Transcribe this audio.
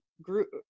group